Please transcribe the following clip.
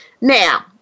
Now